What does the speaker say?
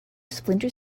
splinter